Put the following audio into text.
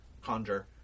conjure